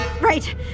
Right